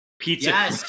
Pizza